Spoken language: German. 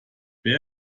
wer